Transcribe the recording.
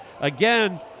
again